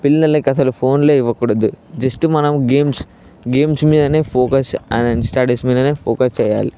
పిల్లలకసలు ఫోన్లే ఇవ్వకూడదు జస్ట్ మనము గేమ్స్ గేమ్స్ మీదనే ఫోకస్ అండ్ స్టడీస్ మీదనే ఫోకస్ చేయాలి